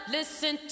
Listen